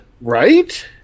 Right